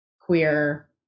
queer